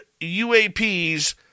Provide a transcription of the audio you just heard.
UAPs